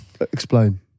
explain